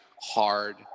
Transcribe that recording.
hard